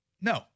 No